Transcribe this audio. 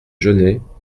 genêts